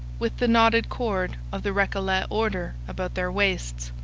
with the knotted cord of the recollet order about their waists,